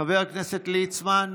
חבר הכנסת ליצמן,